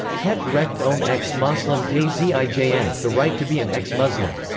het recht om ex-moslim te zijn the right to be an ex-muslim.